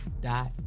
dot